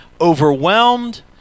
overwhelmed